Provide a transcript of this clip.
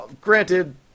granted